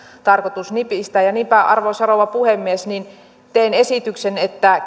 tarkoitus nipistää niinpä arvoisa rouva puhemies teen esityksen että